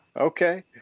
Okay